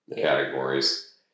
categories